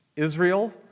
Israel